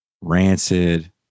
rancid